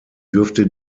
dürfte